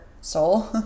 soul